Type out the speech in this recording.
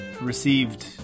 received